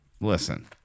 Listen